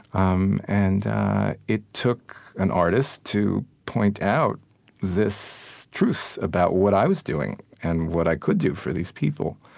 um and it took an artist to point out this truth about what i was doing and what i could do for these people.